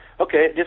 okay